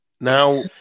Now